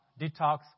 detox